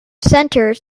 center